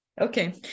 okay